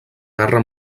guerra